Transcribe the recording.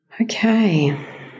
Okay